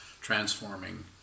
transforming